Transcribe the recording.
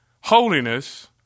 Holiness